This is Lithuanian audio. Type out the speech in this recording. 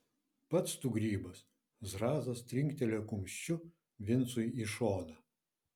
pats tu grybas zrazas trinktelėjo kumščiu vincui į šoną